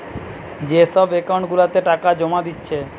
যে সব একাউন্ট গুলাতে টাকা জোমা দিচ্ছে